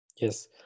Yes